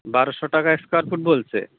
বারোশো টাকা square foot বলছে